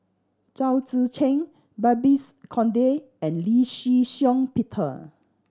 Chao Tzee Cheng Babes Conde and Lee Shih Shiong Peter